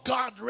God